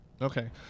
Okay